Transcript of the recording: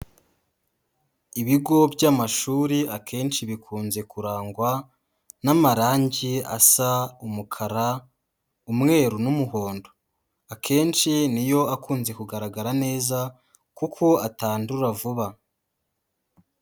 Ibigo by'amashuri akenshi bikunze kurangwa n'amarange asa umukara, umweru n'umuhondo, akenshi ni yo akunze kugaragara neza kuko atandura vuba.